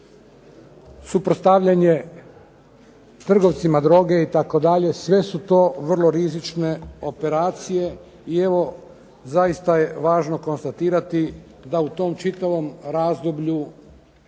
suprotstavljanje trgovcima droge itd., sve su to vrlo rizične operacije i evo zaista je važno konstatirati da u tom čitavom razdoblju